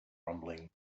rumbling